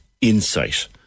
insight